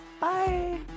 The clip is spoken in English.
bye